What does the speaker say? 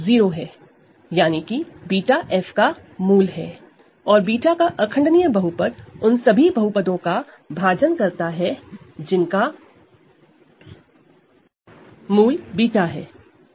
और β का irreducible polynomial उन सभी पॉलीनॉमिनल को डिवाइड करता है जिन का रूट β है